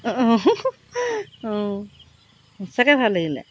অঁ সঁচাকৈ ভাল লাগিলে